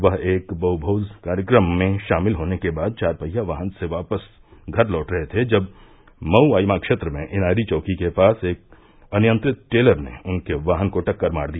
वह एक बहुभोज कार्यक्रम में शामिल होने के बाद चारपहिया वाहन से घर वापस लौट रहे थे जब मऊ आइमा क्षेत्र में इनायरी चौकी के पास एक अनियंत्रित टेलर ने उनके वाहन को टक्कर मार दिया